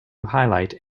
highlight